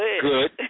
good